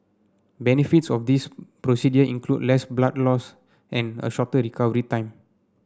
benefits of this procedure include less blood loss and a shorter recovery time